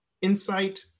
insight